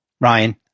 ryan